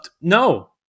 No